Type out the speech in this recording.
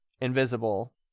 invisible